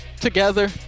together